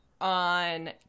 on